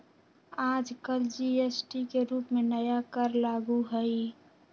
आजकल जी.एस.टी के रूप में नया कर लागू हई